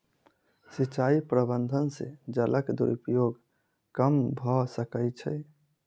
सिचाई प्रबंधन से जलक दुरूपयोग कम भअ सकै छै